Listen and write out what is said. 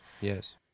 yes